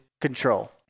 control